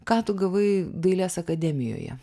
ką tu gavai dailės akademijoje